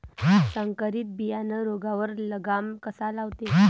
संकरीत बियानं रोगावर लगाम कसा लावते?